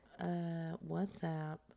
WhatsApp